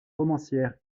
romancière